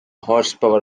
horsepower